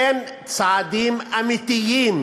אין צעדים אמיתיים